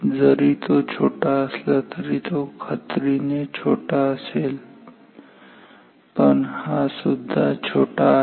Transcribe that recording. जरी तो छोटा असला तो खात्रीने छोटा असेल पण हा सुद्धा छोटा आहे